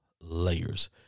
Layers